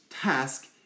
task